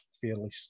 fairly